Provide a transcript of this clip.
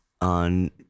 on